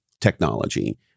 technology